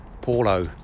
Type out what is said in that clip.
Paulo